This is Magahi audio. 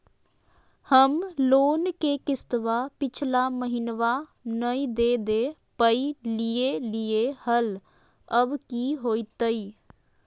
हम लोन के किस्तवा पिछला महिनवा नई दे दे पई लिए लिए हल, अब की होतई?